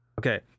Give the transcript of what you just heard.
okay